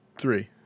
Three